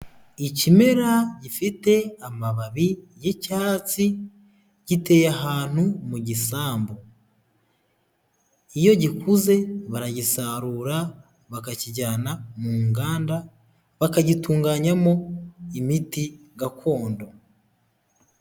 Ikimera gifite amababi y'icyatsi, giteye ahantu mu gisambu, iyo gikuze baragisarura bakakijyana mu nganda bakagitunganyamo imiti gakondo.